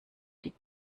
die